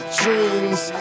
dreams